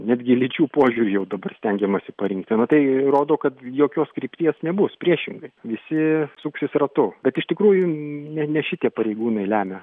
ir netgi lyčių požiūriu jau dabar stengiamasi parinkti na tai rodo kad jokios krypties nebus priešingai visi suksis ratu bet iš tikrųjų ne ne šitie pareigūnai lemia